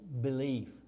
belief